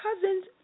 cousins